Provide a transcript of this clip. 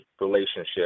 relationship